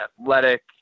athletic